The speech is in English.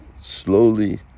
slowly